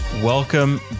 Welcome